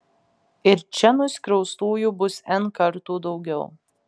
ir čia nuskriaustųjų bus n kartų daugiau